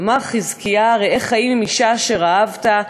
אמר חזקיה, "ראה חיים עם אשה אשר אהבת".